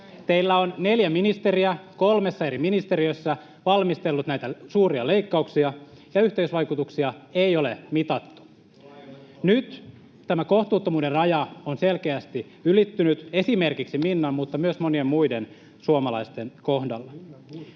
Teillä on neljä ministeriä kolmessa eri ministeriössä valmistellut näitä suuria leikkauksia, ja yhteisvaikutuksia ei ole mitattu. [Eduskunnasta: Tuo ei ole totta!] Nyt tämä kohtuuttomuuden raja on selkeästi ylittynyt esimerkiksi Minnan mutta myös monien muiden suomalaisten kohdalla.